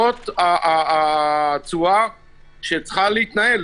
זאת הצורה שצריכה להתנהל.